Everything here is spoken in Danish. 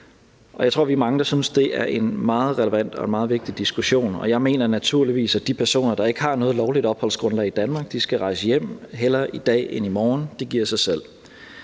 jeg tror, vi er mange, der synes, det er en meget relevant og meget vigtig diskussion, og jeg mener naturligvis, at de personer, der ikke har noget lovligt opholdsgrundlag i Danmark, skal rejse hjem, hellere i dag end i morgen – det giver sig selv.